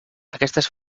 aquestes